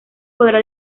podrá